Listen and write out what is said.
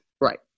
right